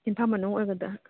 ꯏꯝꯐꯥꯜ ꯃꯅꯨꯡ ꯑꯣꯏꯒꯗꯕ